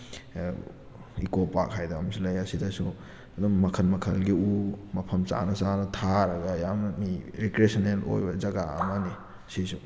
eco park ꯍꯥꯏꯗꯅ ꯑꯃꯁꯨ ꯂꯩ ꯑꯁꯤꯗꯁꯨ ꯑꯗꯨꯝ ꯃꯈꯜ ꯃꯈꯜꯒꯤ ꯎ ꯃꯐꯝ ꯆꯥꯅ ꯆꯥꯅ ꯊꯥꯔꯒ ꯌꯥꯝꯅ ꯃꯤ ꯔꯤꯀ꯭ꯔꯦꯁꯟꯅꯦꯜ ꯑꯣꯏꯕ ꯖꯥꯒ ꯑꯃꯅꯤ ꯁꯤꯁꯨ